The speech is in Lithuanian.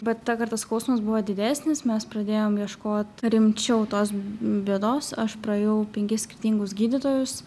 bet tą kartą skausmas buvo didesnis mes pradėjom ieškot rimčiau tos bėdos aš praėjau penkis skirtingus gydytojus